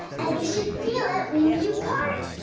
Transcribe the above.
and you should feel it when you part.